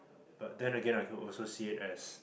but then Again I could see it as